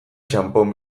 txanpon